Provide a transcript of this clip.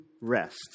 rest